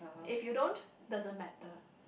if you don't doesn't matter